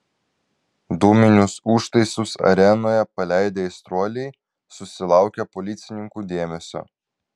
dūminius užtaisus arenoje paleidę aistruoliai susilaukia policininkų dėmesio